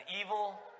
evil